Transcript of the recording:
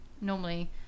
normally